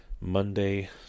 Monday